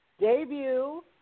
debut